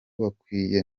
bakwiye